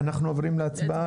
מי בעד?